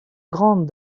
grandes